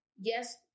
yes